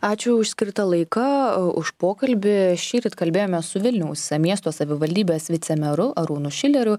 ačiū už skirtą laiką už pokalbį šįryt kalbėjome su vilniaus miesto savivaldybės vicemeru arūnu šileriu